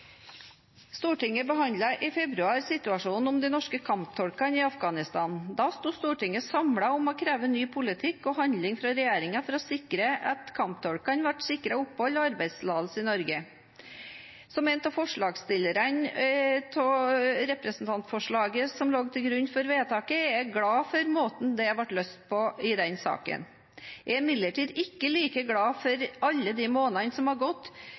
Stortinget behandlet i februar situasjonen for de norske kamptolkene i Afghanistan. Da sto Stortinget samlet om å kreve ny politikk og handling fra regjeringen for å sikre at kamptolkene ble sikret opphold og arbeidstillatelse i Norge. Som en av forslagsstillerne i representantforslaget som lå til grunn for vedtaket, er jeg glad for måten vi løste den saken på. Jeg er imidlertid ikke like glad for alle månedene som er gått